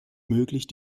möglich